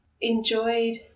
enjoyed